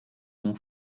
mon